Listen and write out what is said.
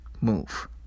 move